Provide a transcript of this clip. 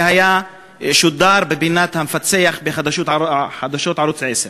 זה שודר בפינת "המפצח" בחדשות ערוץ 10,